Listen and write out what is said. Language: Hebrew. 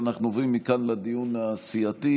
ואנחנו עוברים מכאן לדיון הסיעתי.